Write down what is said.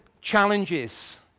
challenges